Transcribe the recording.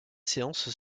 séance